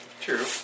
True